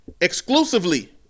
exclusively